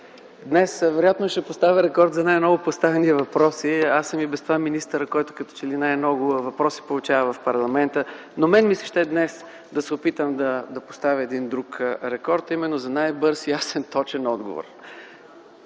Днес вероятно ще поставя рекорд за най-много поставени въпроси. Аз съм и без това министърът, който като че ли получава най-много въпроси в парламента, но днес ми се ще да се опитам да поставя един друг рекорд, а именно за най-бърз, ясен и точен отговор.